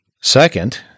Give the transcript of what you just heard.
Second